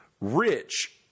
Rich